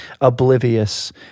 Oblivious